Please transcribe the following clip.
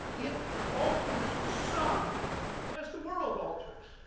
yeah alters some as the world alters.